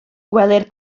gwelir